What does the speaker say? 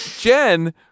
Jen